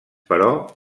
però